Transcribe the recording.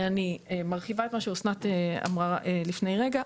אני מרחיבה את מה שאסנת אמרה לפני רגע,